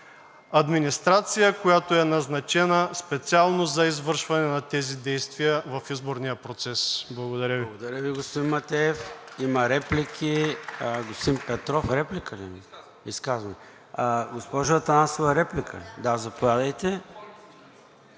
администрация, която е назначена специално за извършване на тези действия в изборния процес. Благодаря Ви.